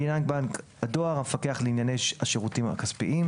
לעניין בנק הדואר - המפקח לענייני השירותים הכספיים;